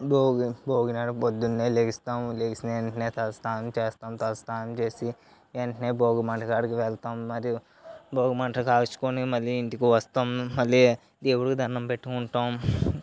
భోగి భోగి నాడు పొద్దున్న లేస్తాము లేచిన వెంటనే తలస్నానం చేస్తాము తలస్నానం చేసి వెంటనే భోగి మంటల కాడికి వెళ్తాము మరియు భోగి మంటలు కాల్చుకొని మళ్ళీ ఇంటికి వస్తాము మళ్ళీ దేవుడికి దండం పెట్టుకుంటాం